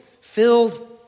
filled